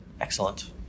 Excellent